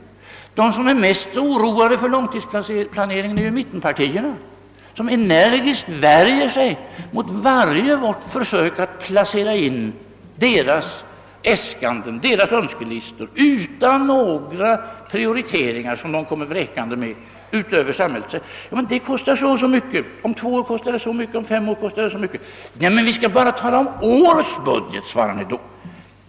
Men de som är mest oroade av långtidsplaneringen är mittenpartierna, som energiskt värjer sig mot varje vårt försök att placera in deras äskanden, deras önskelistor på samhället som de utan några prioriteringar kommer vräkande med. Men det kostar så och så mycket, meddelar vi. Om två år kostar det så och så mycket och om fem år beräknar vi att det kostar så och så mycket. »Men vi skall ju bara tala om årets budget», svarar ni då.